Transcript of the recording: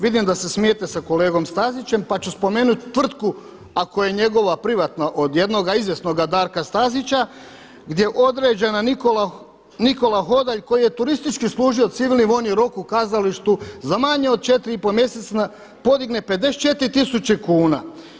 Vidim da se smijete sa kolegom Stazićem pa ću spomenuti tvrtku ako je njegova privatna od jednoga izvjesnoga Darka Stazića gdje je određen Nikola Hodalj koji je turistički služio civilni vojni rok u kazalištu za manje od 4,5 mjeseca, podigne 54 tisuće kuna.